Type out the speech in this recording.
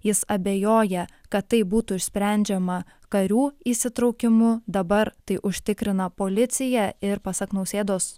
jis abejoja kad tai būtų išsprendžiama karių įsitraukimu dabar tai užtikrina policija ir pasak nausėdos